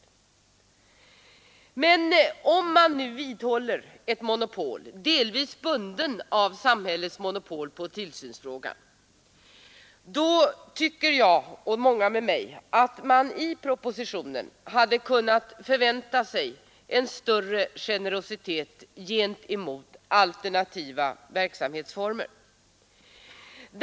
När man nu i propositionen vidhåller ett monopol, delvis bunden av samhällets monopol på tillsynsfrågan, tycker jag och många med mig att man i propositionen hade kunnat förvänta sig en större generositet gentemot alternativa verksamhetsformer.